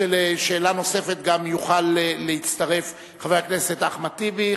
לשאלה נוספת יוכל להצטרף גם חבר הכנסת אחמד טיבי.